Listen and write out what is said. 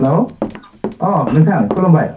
हेल' अ नोंथां खुलुमबाय